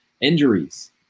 injuries